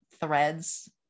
threads